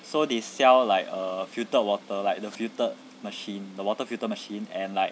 so they sell like err filtered water like the filtered machine the water filter machine and like